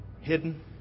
Hidden